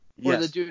Yes